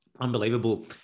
unbelievable